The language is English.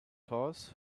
horse